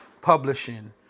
publishing